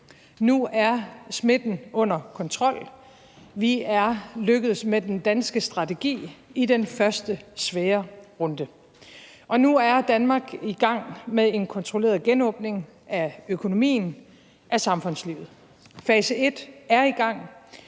Nu er smitten under kontrol, vi er lykkedes med den danske strategi i den første svære runde, og nu er Danmark i gang med en kontrolleret genåbning af økonomien, af samfundslivet. Fase 1 er i gang,